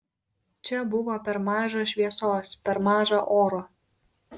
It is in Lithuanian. čia buvo per maža šviesos per maža oro